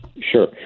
Sure